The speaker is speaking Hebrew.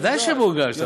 ודאי שמורגש.